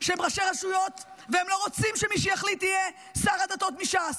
שהם ראשי רשויות והם לא רוצים שמי שיחליט יהיה שר הדתות מש"ס.